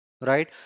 right